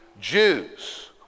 Jews